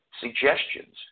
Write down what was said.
suggestions